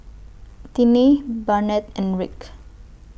Tiney Barnett and Rick